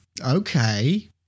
Okay